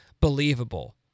believable